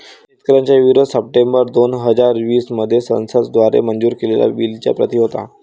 शेतकऱ्यांचा विरोध सप्टेंबर दोन हजार वीस मध्ये संसद द्वारे मंजूर केलेल्या बिलच्या प्रति होता